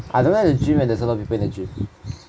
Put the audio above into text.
I don't like to gym when there is a lot people in the gym